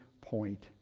point